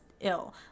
ill